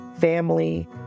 family